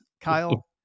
Kyle